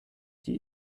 die